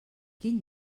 quin